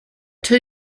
two